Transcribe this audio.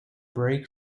break